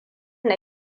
na